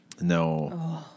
No